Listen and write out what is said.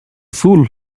fool